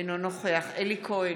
אינו נוכח אלי כהן,